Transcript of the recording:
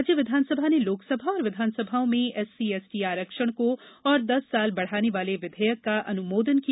राज्य विधानसभा ने लोकसभा और विधानसभाओं में एससीएसटी आरक्षण को और दस साल बढ़ाने वाले विधेयक का अनुमोदन किया